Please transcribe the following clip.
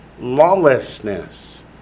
lawlessness